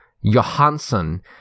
Johansson